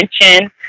mention